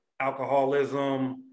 alcoholism